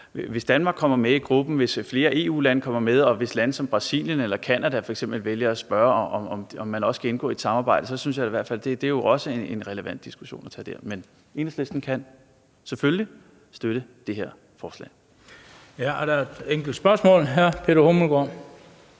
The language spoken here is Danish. Hvis Danmark kommer med i gruppen, hvis flere EU-lande kommer med i gruppen, og hvis lande som Brasilien eller Canada f.eks. vælger at spørge, om man også kan indgå i et samarbejde, synes jeg også, det er en relevant diskussion at tage. Enhedslisten kan selvfølgelig støtte det her forslag. Kl. 18:55 Den fg. formand (Bent Bøgsted): Der er et enkelt spørgsmål. Hr. Peter Hummelgaard